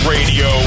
Radio